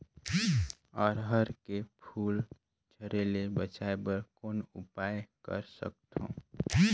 अरहर के फूल झरे ले बचाय बर कौन उपाय कर सकथव?